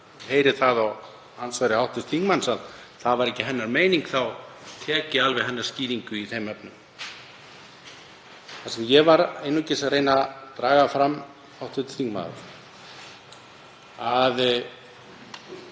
heyri það á andsvari hv. þingmanns að það var ekki hennar meining, þá tek ég alveg hennar skýringu gilda í þeim efnum. Það sem ég var einungis að reyna að draga fram, hv. þingmaður,